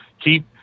Keep